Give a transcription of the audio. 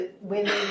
women